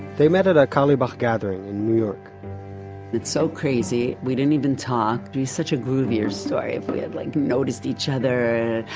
they met at a carlebach gathering in new york it's so crazy, we didn't even talk. it'd be such a groovier story if we had like noticed each other,